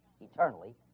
eternally